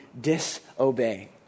disobey